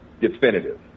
definitive